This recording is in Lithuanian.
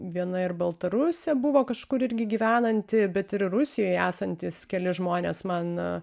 viena ir baltarusė buvo kažkur irgi gyvenanti bet ir rusijoj esantys keli žmonės man